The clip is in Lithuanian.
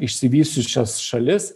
išsivysčiusias šalis